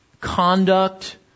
conduct